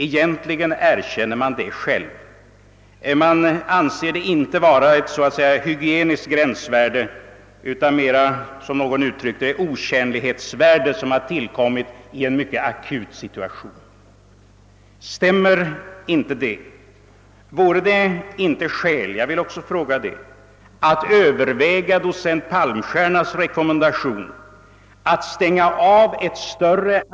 Egentligen erkänner man det själv; man anser det inte vara fråga om så att säga ett hygieniskt gränsvärde utan mera -— som någon uttryckte det — om ett otjänlighetsvärde, som har tillkommit i en mycket akut situation. Stämmer inte det? Vore det inte skäl att överväga docent Palmstiernas rekommendation att stänga av ett större.